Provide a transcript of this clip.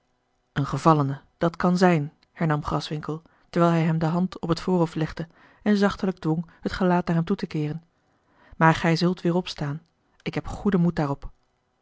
een gevallene dat kan zijn hernam graswinckel terwijl hij hem de hand op het voorhoofd legde en zachtelijk dwong het gelaat naar hem toe te keeren maar gij zult weêr opstaan ik heb goeden moed daarop